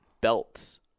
belts